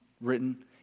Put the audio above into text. written